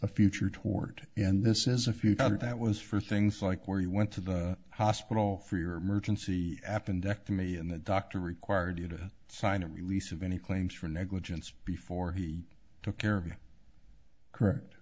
a future tort and this is a few other that was for things like where you went to the hospital for your emergency appendectomy and the doctor required you to sign a release of any claims for negligence before he took care of it correct